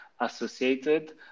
Associated